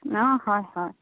অঁ হয় হয়